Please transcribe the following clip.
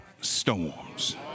storms